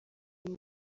uyu